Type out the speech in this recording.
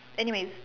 anyways